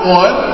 one